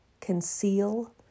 conceal